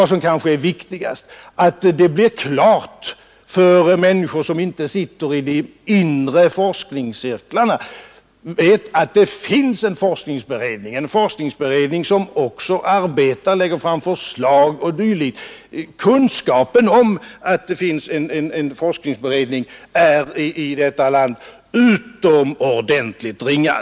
Det som kanske är viktigast är att det då skulle bli klart för människor som inte sitter i de inre forskningscirklarna att det finns en forskningsberedning, en forskningsberedning som lägger fram förslag och dylikt. Kunskapen om att vi har en forskningsberedning i detta land är utomordentligt ringa.